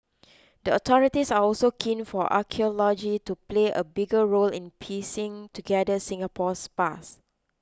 the authorities are also keen for archaeology to play a bigger role in piecing together Singapore's past